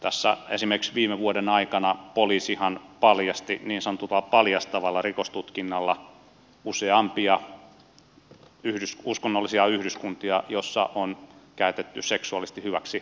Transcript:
tässä esimerkiksi viime vuoden aikana poliisihan paljasti niin sanotulla paljastavalla rikostutkinnalla useampia uskonnollisia yhdyskuntia joissa on käytetty lapsia seksuaalisesti hyväksi